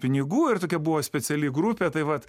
pinigų ir tokia buvo speciali grupė tai vat